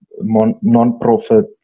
non-profit